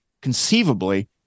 conceivably